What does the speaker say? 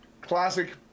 Classic